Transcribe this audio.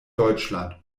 deutschland